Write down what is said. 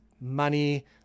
money